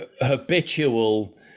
habitual